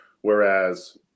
whereas